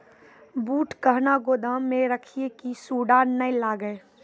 बूट कहना गोदाम मे रखिए की सुंडा नए लागे?